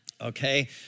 okay